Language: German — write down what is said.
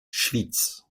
schwyz